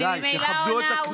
אני ממילא עונה.